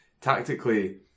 Tactically